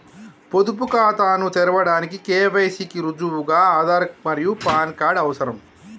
పొదుపు ఖాతాను తెరవడానికి కే.వై.సి కి రుజువుగా ఆధార్ మరియు పాన్ కార్డ్ అవసరం